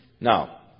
Now